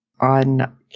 on